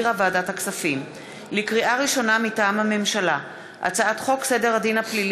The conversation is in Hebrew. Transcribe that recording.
בקשת ועדת הכספים בדבר פיצול הצעת חוק ההתייעלות הכלכלית